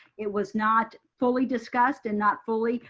it was not fully discussed and not fully,